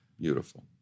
Beautiful